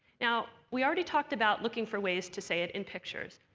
now we already talked about looking for ways to say it in pictures.